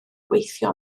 gweithio